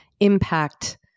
impact